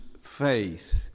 faith